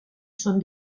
són